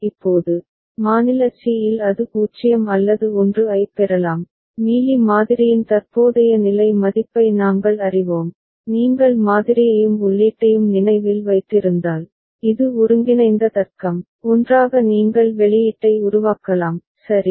இப்போது மாநில சி இல் அது 0 அல்லது 1 ஐப் பெறலாம் மீலி மாதிரியின் தற்போதைய நிலை மதிப்பை நாங்கள் அறிவோம் நீங்கள் மாதிரியையும் உள்ளீட்டையும் நினைவில் வைத்திருந்தால் இது ஒருங்கிணைந்த தர்க்கம் ஒன்றாக நீங்கள் வெளியீட்டை உருவாக்கலாம் சரி